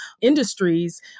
industries